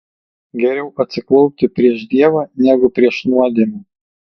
geriau atsiklaupti prieš dievą negu prieš nuodėmę